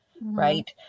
right